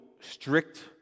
strict